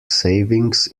savings